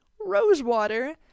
Rosewater